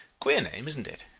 queer name, isn't it?